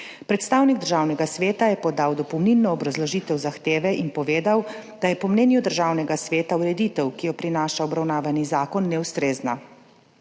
Predstavnik Državnega sveta je podal dopolnilno obrazložitev zahteve in povedal, da je po mnenju Državnega sveta ureditev, ki jo prinaša obravnavani zakon, neustrezna.